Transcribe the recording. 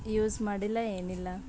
use ಮಾಡಿಲ್ಲ ಏನಿಲ್ಲ